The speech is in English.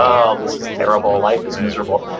oh, this is terrible, life is miserable,